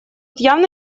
явно